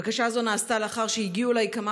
בקשה זו נעשתה לאחר שהגיעו אליי כמה